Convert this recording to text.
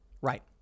Right